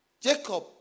Jacob